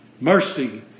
Mercy